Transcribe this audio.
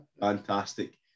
Fantastic